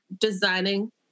designing